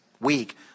week